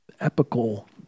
epical